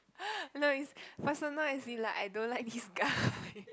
know is personal is like I don't like you guy